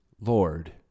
Lord